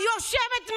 יושבת,